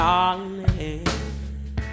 Darling